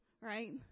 Right